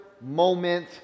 moment